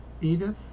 edith